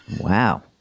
Wow